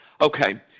Okay